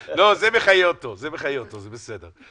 לא, זה מחייה אותו, זה בסדר.